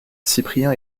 cyprien